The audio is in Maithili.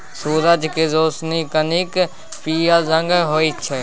सुरजक रोशनी कनिक पीयर रंगक होइ छै